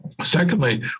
secondly